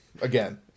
Again